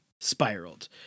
spiraled